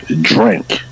drink